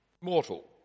mortal